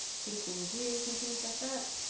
critical reviews and things like that.